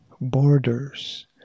borders